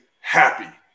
happy